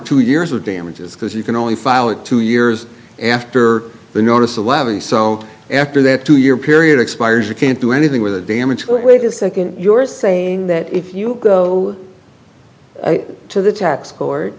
two years of damages because you can only file it two years after the notice of levy so after that two year period expires you can't do anything with the damage wait a nd you're saying that if you go to the tax court